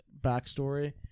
backstory